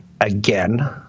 again